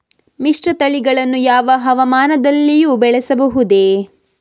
ಮಿಶ್ರತಳಿಗಳನ್ನು ಯಾವ ಹವಾಮಾನದಲ್ಲಿಯೂ ಬೆಳೆಸಬಹುದೇ?